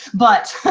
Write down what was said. but,